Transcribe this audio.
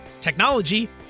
technology